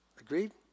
Agreed